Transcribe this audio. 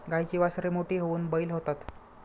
गाईची वासरे मोठी होऊन बैल होतात